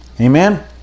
amen